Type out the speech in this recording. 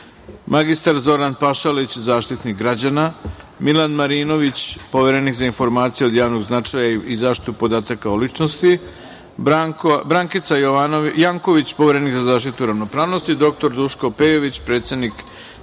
mr Zoran Pašalić, Zaštitnik građana, Milan Marinović, Poverenik za informacije od javnog značaja i zaštitu podataka o ličnosti, Brankica Janković, Poverenik za zaštitu ravnopravnosti, dr Duško Pejović, predsednik